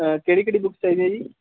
ਕਿਹੜੀ ਕਿਹੜੀ ਬੁੱਕਸ ਚਾਹੀਦੀਆਂ ਹੈ ਜੀ